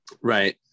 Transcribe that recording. Right